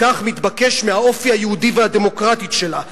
כך מתבקש מהאופי היהודי והדמוקרטי שלה,